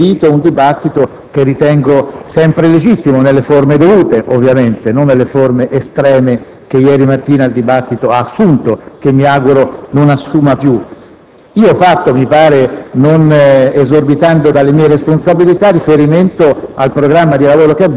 senatore Schifani, di aver dimostrato ieri mattina quando non ho assolutamente impedito un dibattito che ritengo sempre legittimo, ovviamente nelle forme dovute, non nelle forme estreme che ieri mattina esso ha assunto e che mi auguro non assuma più.